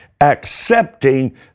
accepting